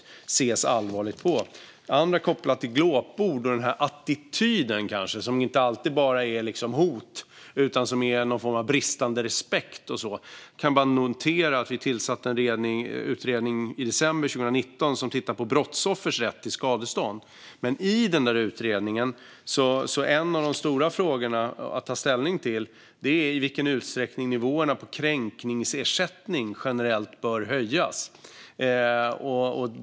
När det gäller det som är kopplat till glåpord och den här attityden som inte alltid är bara hot utan också kan vara bristande respekt och sådant kan jag bara notera att vi tillsatte en utredning i december 2019 som tittar på brottsoffers rätt till skadestånd. En av de stora frågorna att ta ställning till i den utredningen är i vilken utsträckning nivåerna för kränkningsersättning generellt bör höjas.